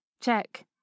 Check